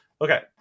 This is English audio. Okay